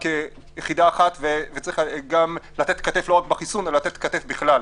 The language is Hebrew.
כיחידה אחת וצריך לתת כתף לא רק בחיסון אלא בכלל.